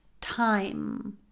time